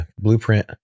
blueprint